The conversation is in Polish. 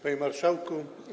Panie Marszałku!